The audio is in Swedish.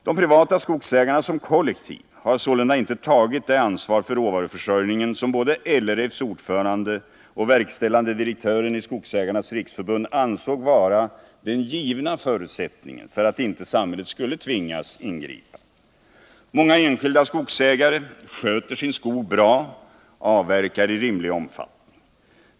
De privata skogsägarna som kollektiv har sålunda icke tagit det ansvar för råvaruförsörjningen som både LRF:s ordförande och verkställande direktören i Sveriges skogsägareföreningars riksförbund ansåg vara den givna förutsättningen för att inte samhället skulle tvingas ingripa. Många enskilda skogsägare sköter sin skog bra och avverkar i rimlig omfattning.